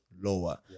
lower